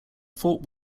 fort